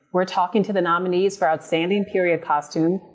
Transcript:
we're talking to the nominees for outstanding period costume,